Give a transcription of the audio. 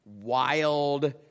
wild